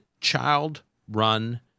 child-run